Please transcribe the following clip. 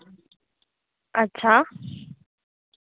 अच्छा